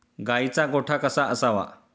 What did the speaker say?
गाईचा गोठा कसा असावा?